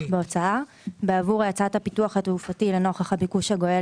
בהוצאה בעבור הצעת הפיתוח התעופתי לנוכח הביקוש הגואה